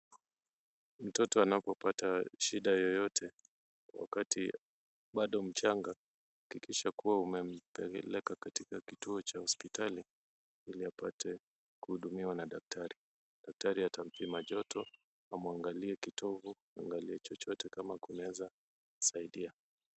Mtoto anavyopata shida yoyote wakati bado mchanga hakikisha umempeleka katika kituo cha hospitali ili apate kuhudumiwa na daktari. Daktari atampima joto amuangalie kitovu, aangalie chochote kama kunaweza saidia.